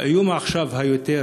והאיום העכשווי,